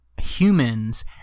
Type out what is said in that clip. humans